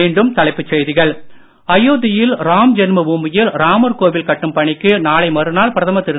மீண்டும் தலைப்புச் செய்திகள் அயோத்தியில் ராம்ஜென்ம பூமியில் ராமர் கோவில் கட்டும் பணிக்கு நாளை மறுநாள் பிரதமர் திரு